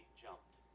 jumped